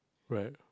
right